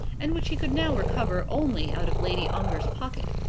and which he could now recover only out of lady ongar's pocket.